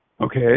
Okay